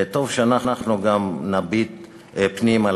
וטוב שאנחנו גם נביט פנימה.